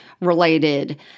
related